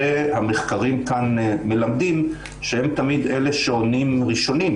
שהמחקרים כאן מלמדים שהם תמיד אלה שעונים ראשונים,